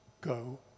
go